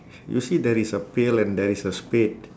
you see there is a pail and there is a spade